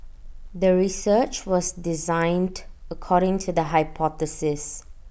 the research was designed according to the hypothesis